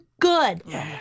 good